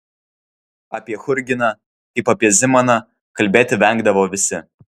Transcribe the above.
apie churginą kaip apie zimaną kalbėti vengdavo visi